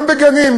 גם בגנים,